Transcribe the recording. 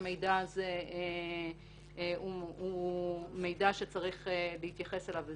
המידע הזה הוא מידע שצריך להתייחס אליו בזהירות.